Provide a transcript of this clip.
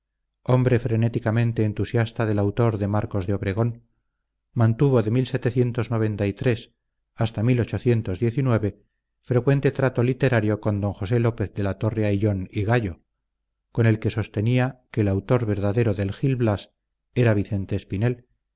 hombre frenéticamente entusiasta del autor de marcos de obregón mantuvo de hasta frecuente trato literario con don josé lopez de la torre ayllon y gallo con el que sostenía que el autor verdadero del gil blas era vicente espinel